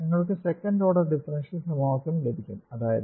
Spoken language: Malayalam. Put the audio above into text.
നിങ്ങൾക്ക് സെക്കന്റ് ഓർഡർ ഡിഫറൻഷ്യൽ സമവാക്യം ലഭിക്കും അതായത്